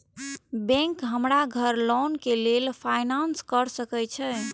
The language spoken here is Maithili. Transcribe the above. बैंक हमरा घर लोन के लेल फाईनांस कर सके छे?